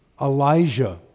Elijah